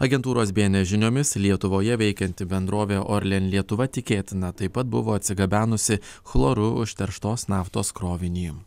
agentūros bns žiniomis lietuvoje veikianti bendrovė orlen lietuva tikėtina taip pat buvo atsigabenusi chloru užterštos naftos krovinį